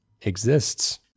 exists